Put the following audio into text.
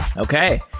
okay.